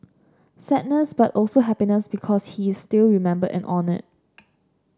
sadness but also happiness because he is still remembered and honoured